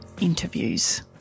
Interviews